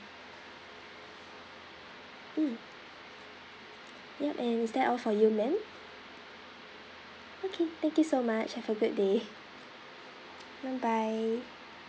mm yup and is that all for you ma'am okay thank you so much have a good day bye bye